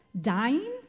dying